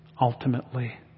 ultimately